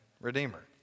redeemer